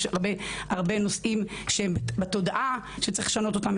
יש הרבה נושאים שהם בתודעה שצריך לשנות אותם.